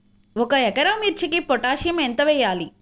ఒక ఎకరా మిర్చీకి పొటాషియం ఎంత వెయ్యాలి?